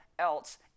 else